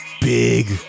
Big